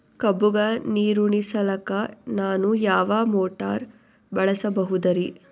ಕಬ್ಬುಗ ನೀರುಣಿಸಲಕ ನಾನು ಯಾವ ಮೋಟಾರ್ ಬಳಸಬಹುದರಿ?